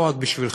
לא רק בשבילכם,